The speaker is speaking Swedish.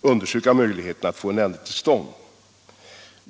undersöka möjligheterna att få en ändring till stånd.